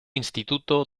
instituto